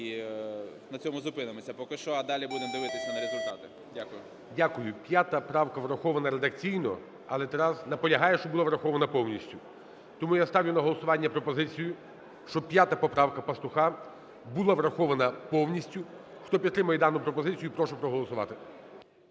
і на цьому зупинимося поки що. А далі будемо дивитися на результати. Дякую. ГОЛОВУЮЧИЙ. Дякую. 5-а правка врахована редакційно. Але Тарас наполягає, щоб була врахована повністю. Тому я ставлю на голосування пропозицію, щоб 5 поправка Пастуха була врахована повністю. Хто підтримує дану пропозицію, прошу проголосувати.